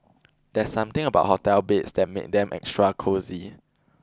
there's something about hotel beds that make them extra cosy